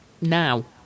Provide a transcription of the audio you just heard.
now